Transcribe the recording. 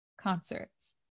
concerts